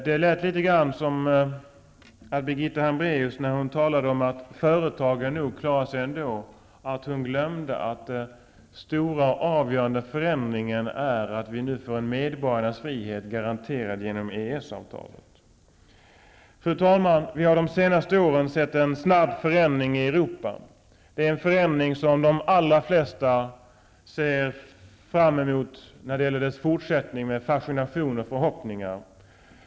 Det lät litet grand som om Birgitta Hambraeus, när hon talade om att företagen nog klarar sig ändå, glömde att den stora och avgörande förändringen är att vi nu får en medborgarnas frihet garanterad genom EES-avtalet. Fru talman! Vi har under de senaste åren sett en snabb förändring i Europa. Det är en förändring vars fortsättning de allra flesta ser fram emot med fascination och förhoppningar.